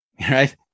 right